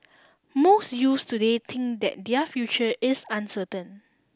most youths today think that their future is uncertain